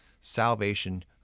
salvation